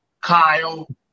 Kyle